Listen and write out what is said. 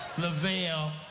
Lavelle